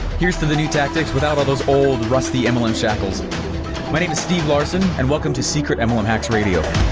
here's to the new tactics without all those old, rusty mlm shackles. my name is steve larsen, and welcome to secret and mlm hacks radio.